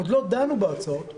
עוד לא דנו בהצעות,